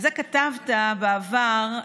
על זה כתבת בעבר: